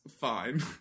fine